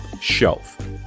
Shelf